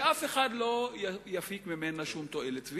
שאף אחד לא יפיק ממנה שום תועלת.